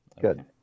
Good